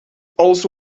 also